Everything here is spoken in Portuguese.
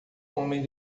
homem